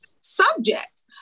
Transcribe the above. subject